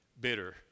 bitter